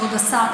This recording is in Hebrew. כבוד השר,